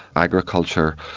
agriculture,